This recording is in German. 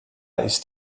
ist